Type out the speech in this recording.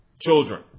Children